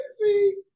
crazy